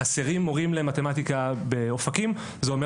חסרים מורים למתמטיקה באופקים זה אומר